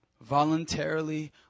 Voluntarily